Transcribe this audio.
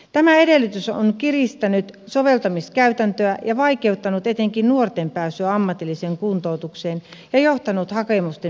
tämä edellytys on kiristänyt soveltamiskäytäntöä ja vaikeuttanut etenkin nuorten pääsyä ammatilliseen kuntoutukseen ja johtanut hakemusten mittavaan hylkäämiseen